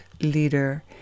leader